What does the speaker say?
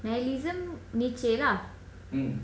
nihilism nature lah